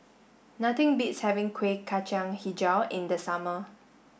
nothing beats having Kuih Kacang Hijau in the summer